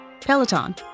Peloton